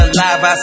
Alive